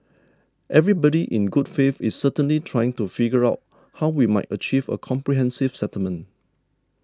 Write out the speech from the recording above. everybody in good faith is certainly trying to figure out how we might achieve a comprehensive settlement